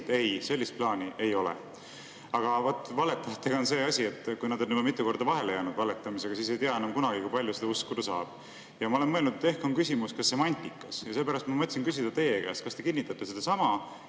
et ei, sellist plaani ei ole. Aga valetajatega on see asi, et kui nad on juba mitu korda valetamisega vahele jäänud, siis ei tea enam kunagi, kui palju seda uskuda saab. Ma olen mõelnud, et ehk on küsimus ka semantikas, ja seepärast ma mõtlesin küsida teie käest, kas te kinnitate sedasama.